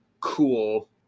cool